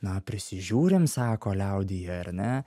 na prisižiūrim sako liaudyje ar ne